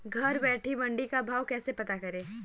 घर बैठे मंडी का भाव कैसे पता करें?